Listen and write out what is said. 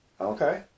Okay